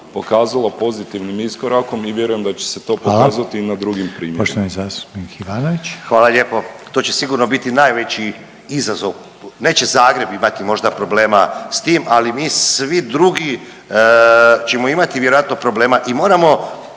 pozitivnim iskorakom i vjerujem da će se to pokazati … …/Upadica Reiner: